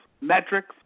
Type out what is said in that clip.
metrics